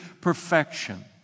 perfection